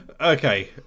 Okay